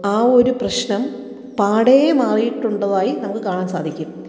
ആ ഒരു പ്രശ്നം പാടെ മാറിയിട്ടുള്ളതായി നമുക്ക് കാണാൻ സാധിക്കും